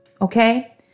okay